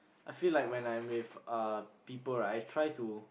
I feel like when I'm with um people right I try to